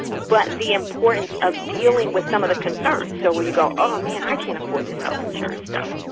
but the importance of dealing with some of the concerns. so we go oh man, i can't afford this health insurance stuff,